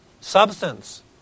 substance